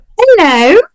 Hello